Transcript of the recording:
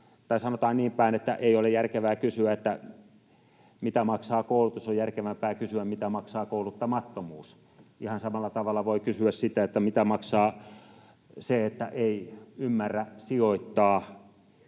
Tai sanotaan niinpäin, että ei ole järkevää kysyä, mitä maksaa koulutus. On järkevämpää kysyä, mitä maksaa kouluttamattomuus. Ihan samalla tavalla voi kysyä, mitä maksaa se, että ei ymmärrä sijoittaa